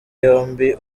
yombi